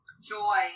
Joy